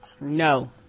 no